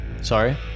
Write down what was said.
Sorry